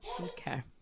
Okay